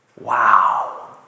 Wow